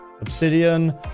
Obsidian